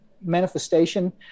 manifestation